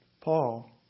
Paul